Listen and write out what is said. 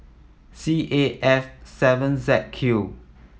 C A F seven Z Q